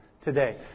today